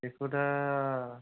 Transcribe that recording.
बेखौदा